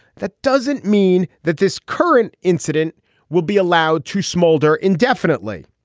that doesn't mean that this current incident will be allowed to smolder indefinitely.